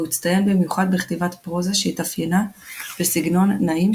והוא הצטיין במיוחד בכתיבת פרוזה שהתאפיינה בסגנון נעים,